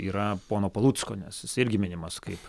yra pono palucko nes jis irgi minimas kaip